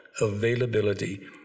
availability